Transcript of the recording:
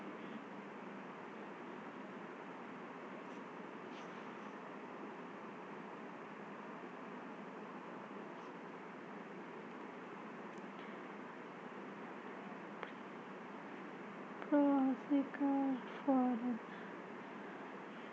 preference शेयरक भोकतान बिशेष रुप सँ कयल जाइत छै